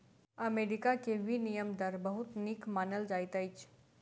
America के विनिमय दर बहुत नीक मानल जाइत अछि